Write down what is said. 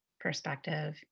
perspective